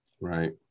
Right